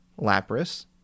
Lapras